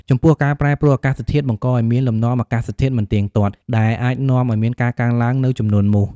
ចំពោះ ការប្រែប្រួលអាកាសធាតុ បង្កឱ្យមានលំនាំអាកាសធាតុមិនទៀងទាត់ ដែលអាចនាំឱ្យមានការកើនឡើងនូវចំនួនមូស។